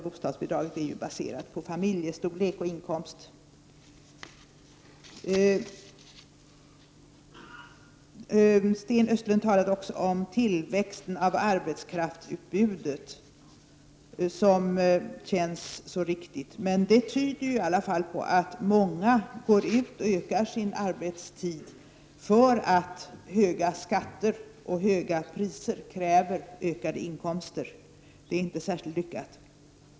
Bostadsbidraget är ju baserat på familjestorlek och inkomst. Sten Östlund talade också om tillväxten av arbetskraftsutbudet, som känns så riktigt. Det tyder i alla fall på att många ökar sin arbetstid därför att höga skatter och höga priser kräver ökade inkomster. Det är inte särskilt lyckat.